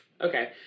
okay